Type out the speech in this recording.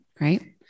right